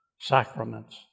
sacraments